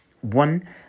one